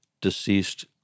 deceased